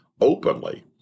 openly